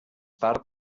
tard